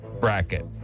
bracket